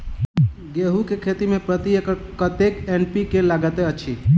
गेंहूँ केँ खेती मे प्रति एकड़ कतेक एन.पी.के लागैत अछि?